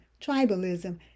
tribalism